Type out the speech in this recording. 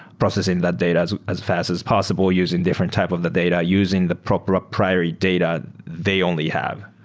processing that data as as fast as possible using different type of the data, using the proprietary data they only have.